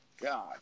God